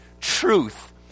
truth